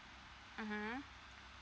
mmhmm